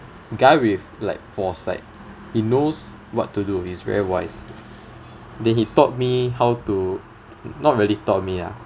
guy with like foresight he knows what to do he's very wise then he taught me how to not really taught me ah